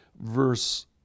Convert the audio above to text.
verse